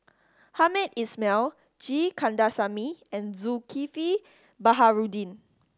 Hamed Ismail G Kandasamy and Zulkifli Baharudin